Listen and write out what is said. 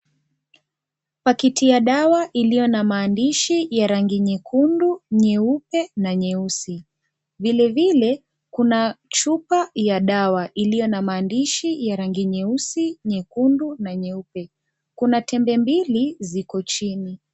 Pakiti ya dawa iliyo na maandishi ya rangi nyekundu, nyeupe, na nyeusi vile vile kuna chupa ya dawa iliyo na maandishi ya rangi nyeusi, nyekundu, na nyeupe, kuna tembe mbili ziko chini.